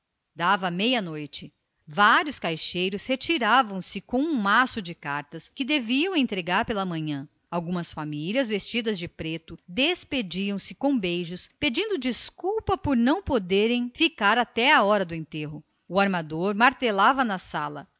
uma hora vários caixeiros retiraram-se já com um maço de cartas que entregariam pela manhã algumas famílias vestidas de preto despediam se com beijos pedindo desculpa por não ficarem até à hora do enterro o armador martelava na sala